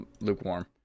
lukewarm